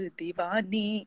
divani